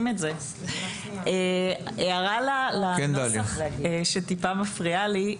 הערה לנוסח שטיפה מפריע לי.